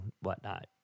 whatnot